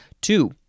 Two